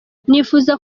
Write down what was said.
nifuza